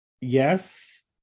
Yes